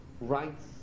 rights